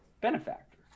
benefactor